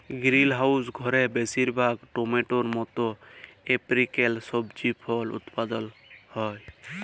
greenhouse ঘরে বেশিরভাগ টমেটোর মত টরপিক্যাল সবজি ফল উৎপাদল ক্যরা